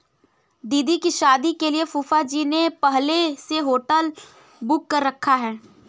दीदी की शादी के लिए फूफाजी ने पहले से होटल बुक कर रखा है